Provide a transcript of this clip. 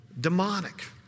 demonic